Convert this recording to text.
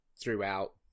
throughout